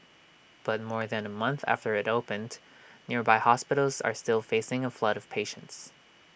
but more than A month after IT opened nearby hospitals are still facing A flood of patients